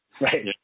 right